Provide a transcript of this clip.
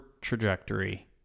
trajectory